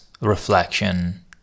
reflection